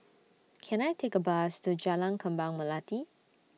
Can I Take A Bus to Jalan Kembang Melati